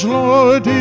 Lord